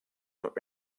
not